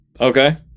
okay